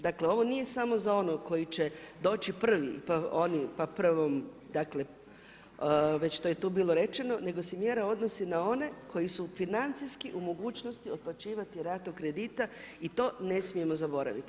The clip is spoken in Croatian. Dakle ovo nije samo za onog koji će doći prvi pa oni, pa prvom, dakle već što je tu bilo rečeno nego se mjera odnosi na one koji su financijski u mogućnosti otplaćivati ratu kredita i to ne smijemo zaboraviti.